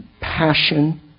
passion